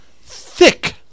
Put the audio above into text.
thick